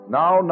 now